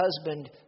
husband